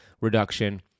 reduction